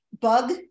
Bug